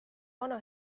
vana